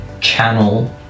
channel